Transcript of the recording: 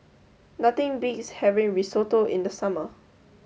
nothing beats having Risotto in the summer